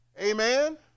Amen